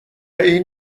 این